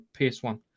PS1